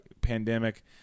Pandemic